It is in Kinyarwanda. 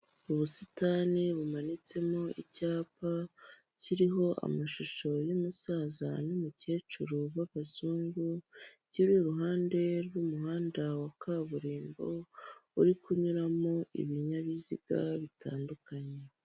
Ubusitani bumanitsemo icyapa kiriho amashusho y'umusaza n'umukecuru babazungu kiri iruhande ry'umuhanda wa kaburimbo uri kunyuramo ibinyabiziga bitandukanye.